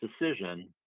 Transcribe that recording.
decision